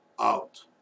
out